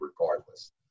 regardless